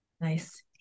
nice